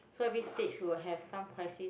so every stage you will have some crisis